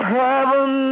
heaven